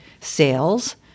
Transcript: Sales